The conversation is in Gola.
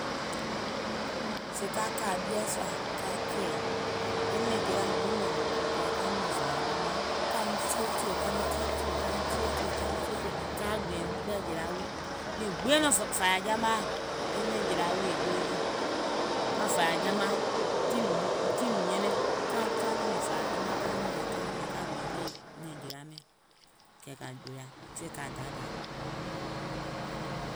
Sèè ka kà ɓieɛ̀ sùà ka kɛ̀ɛ̀, mìŋ kɔ̀à ka ɓèmè vàyajamaà, kaiŋ tiyetìyè, kaiŋ tiyetìyè, kaiŋ tiyetìyè, kaiŋ tiyetìyè, kàà gbìàŋ ɓɛ̀ jèla wii, mìŋ gbìɛ̀ŋ vàyàjamaà, enɛ̀ŋ jèla wii è joeye. Maŋ vàyàjama tiim nyɛnɛŋ, ka ka nyɛ̀nɛ̀ŋ vàyàjamaȧ kaiŋ nyɛ̀nɛ̀ŋ kaiŋ nyɛ̀nɛŋ ka gbìàŋ ɓɛ̀ nɛ̀ŋjèla miɔ̀ŋ, kɛ̀ kà jòèyà, fè kà daìtà.